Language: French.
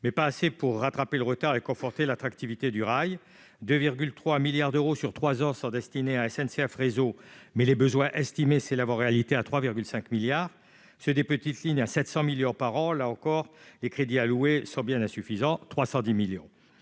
mais pas assez pour rattraper le retard et conforter l'attractivité du rail 2 3 milliards d'euros sur 3 ans, sont destinés à SNCF réseau mais les besoins estimés c'est l'avoir réalité à 3,5 milliards c'est des petites lignes à 700 millions parole encore les crédits alloués sont bien insuffisants, 310 millions